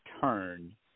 turn –